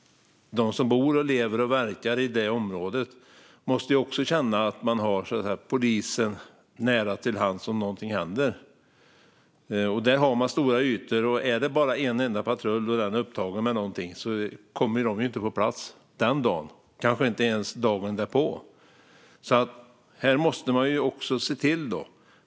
De som bor, lever och verkar i det området måste också känna att de har polisen nära till hands om någonting händer. Där är det stora ytor, och finns det bara en enda patrull och den är upptagen med någonting kommer den inte att vara på plats den dagen och kanske inte ens dagen därpå.